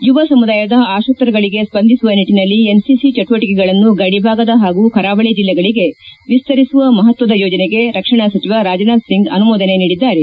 ಯುವ ಸಮುದಾಯದ ಆಶೋತ್ತರಗಳಿಗೆ ಸ್ಪಂದಿಸುವ ನಿಟ್ಲನಲ್ಲಿ ಎನ್ಸಿಸಿ ಚಟುವಟಿಕೆಗಳನ್ನು ಗಡಿಭಾಗದ ಹಾಗೂ ಕರಾವಳ ಜಿಲ್ಲೆಗಳಿಗೆ ವಿಸ್ತರಿಸುವ ಮಹತ್ತದ ಯೋಜನೆಗೆ ರಕ್ಷಣಾ ಸಚಿವ ರಾಜನಾಥ್ ಸಿಂಗ್ ಅನುಮೋದನೆ ನೀಡಿದ್ದಾರೆ